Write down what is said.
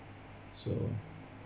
so